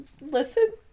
listen